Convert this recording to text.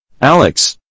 Alex